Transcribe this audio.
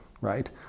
right